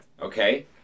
okay